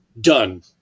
done